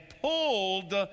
pulled